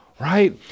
right